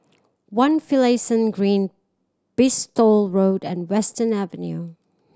One Finlayson Green Bristol Road and Western Avenue